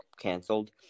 canceled